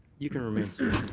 you can remain seated.